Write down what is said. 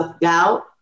doubt